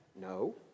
no